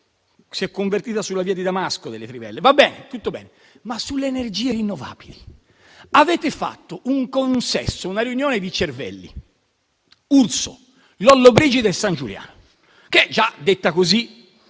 si è convertita sulla via di Damasco. Va bene tutto, ma sulle energie rinnovabili avete fatto un consesso, una riunione di cervelli tra Urso, Lollobrigida e Sangiuliano, che già detta così